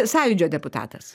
sąjūdžio deputatas